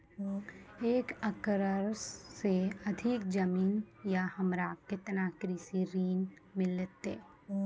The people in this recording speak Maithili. एक एकरऽ से अधिक जमीन या हमरा केतना कृषि ऋण मिलते?